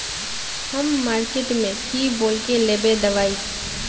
हम मार्किट में की बोल के लेबे दवाई?